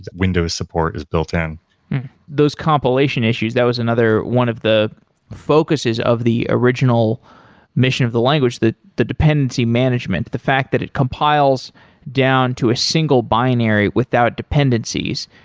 windows support is built-in those compilation issues, that was another one of the focuses of the original mission of the language that the dependency management, the fact that it compiles down to a single binary without dependencies.